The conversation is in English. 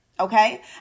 Okay